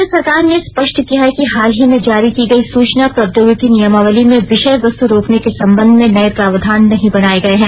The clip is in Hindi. केन्द्र सरकार ने स्पष्ट किया है कि हाल ही में जारी की गई सूचना प्रौद्योगिकी नियमावली में विषय वस्तु रोकने के संबंध में नये प्रावधान नहीं बनाये गये हैं